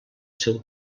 seu